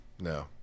No